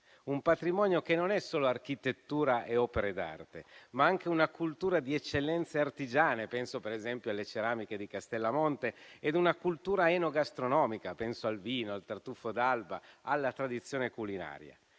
un patrimonio che non è solo architettura e opere d'arte, ma anche una cultura di eccellenze artigiane (penso per esempio alle ceramiche di Castellamonte), ed una cultura enogastronomica (penso al vino, al tartufo d'Alba, alla tradizione culinaria).